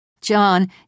John